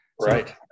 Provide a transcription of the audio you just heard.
Right